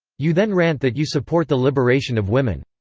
you then rant that you support the liberation of women.